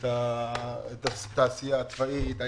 התעשייה הצבאית,